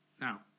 Now